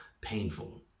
painful